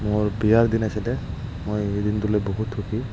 মোৰ বিয়াৰ দিন আছিলে মই সেই দিনটো লৈ বহুত সুখী